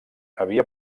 havia